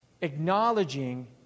acknowledging